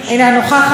אינה נוכחת,